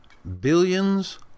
billions